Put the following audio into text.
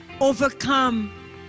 overcome